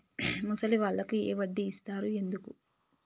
ముసలి వాళ్ళకు ఏ వడ్డీ ఎక్కువ ఇస్తారు?